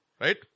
Right